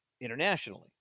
internationally